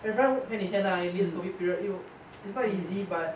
everyone work hand to hand ah in this COVID period it would it's not easy but